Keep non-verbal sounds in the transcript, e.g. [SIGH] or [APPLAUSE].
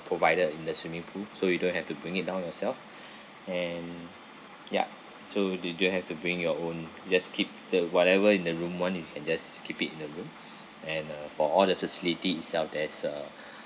provided in the swimming pool so you don't have to bring it down yourself [BREATH] and ya so do~ don't have to bring your own you just keep the whatever in the room [one] you can just keep it in the room [BREATH] and uh for all the facility itself there's uh